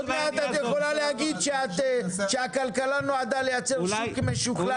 עוד מעט את יכולה להגיד שהכלכלה נועדה לייצר שוק משוכלל